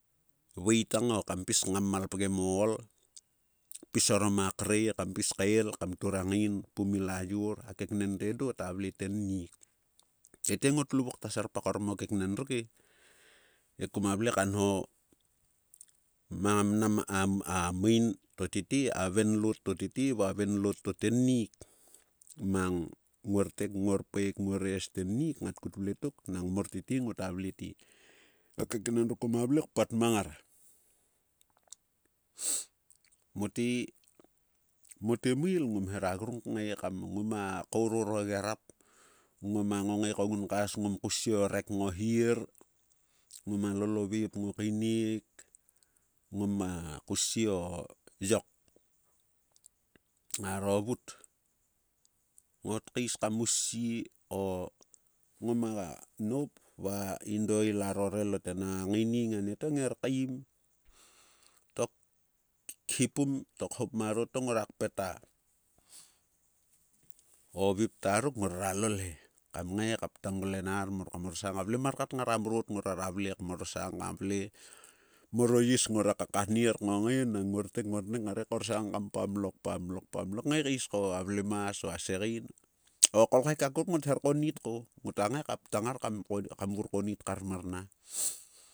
Vaei tang o kam pis kngam malpgem o ool. pis orom akre kam pis kael kam turang ngain pum ila yor. a keknen to edo ta vle tennik. Tete ngot lovu kta serpak orom keknen ruke. he koma vle kanho mnam a main to tete. a venloot to tete va a venloot to tennik. Mang nguortok. nguorpaek. nguorees tennik ngat kut vle tok. nang mor tete ngota vle te. A keknen to koma vle kpat mang ngar. mote mail ngom hera grung kngae kam. ngoma kaoror o gerap. ngoma ngonage ku gunkas. ngom kaussie o rek ngo hier. ngoma lol oveep ngo kaineek. ngoma kaussie o yok ngaro vut. Ngotkais kam ussie nooma noup va indo ilaro relot enang a ngaining anieto. nger kaim. To khipum to khop marot to ngorera lol he. kam ngae ka ptang ngluenar mor kam orsang kavle. mar kat ngara mrot ngore ra vle kmorsang ka vle. Mor o is ngora kakhanier kngongae nang nguortek nguornek ngare korsang kam pamlok pamlok kngae kais ko avlemas o asegain, okolkhek akuruk. ngot her konit ko. Ngota ngae ka ptang ngar kam vur konit kar mar na-